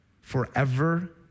Forever